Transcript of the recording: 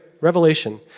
Revelation